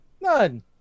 None